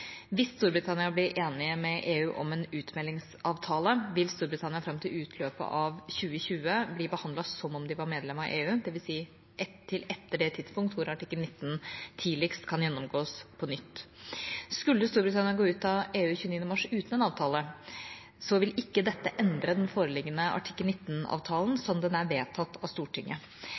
Hvis Storbritannia blir enige med EU om en utmeldingsavtale, vil Storbritannia fram til utløpet av 2020 bli behandlet som om de var medlem av EU, dvs. til etter det tidspunkt hvor artikkel 19 tidligst kan gjennomgås på nytt. Skulle Storbritannia gå ut av EU 29. mars uten en avtale, vil ikke dette endre den foreliggende artikkel 19-avtalen, sånn den er vedtatt av Stortinget.